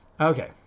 Okay